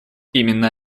именно